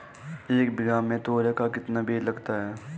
एक बीघा में तोरियां का कितना बीज लगता है?